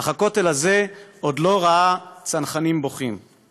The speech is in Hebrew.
אך הכותל הזה עוד לא ראה צנחנים בוכים //